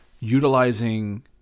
utilizing